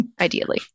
ideally